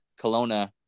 Kelowna